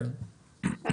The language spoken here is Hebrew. שלום,